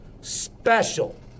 Special